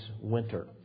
winter